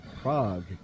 Prague